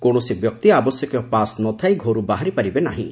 କୌଣସି ବ୍ୟକ୍ତି ଆବଶ୍ୟକୀୟ ପାସ୍ ନଥାଇ ଘରୁ ବାହାରିପାରିବେ ନାହିଁ